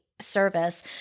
service